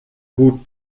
gut